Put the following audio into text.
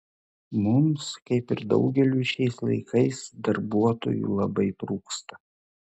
mums kaip ir daugeliui šiais laikais darbuotojų labai trūksta